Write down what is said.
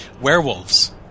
werewolves